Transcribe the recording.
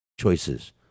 Choices